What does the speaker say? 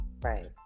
right